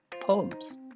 poems